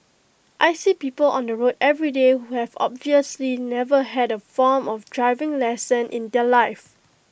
I see people on the road everyday who have obviously never had A formal of driving lesson in their life